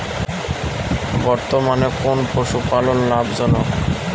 বর্তমানে কোন পশুপালন লাভজনক?